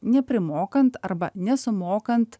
neprimokant arba nesumokant